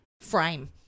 frame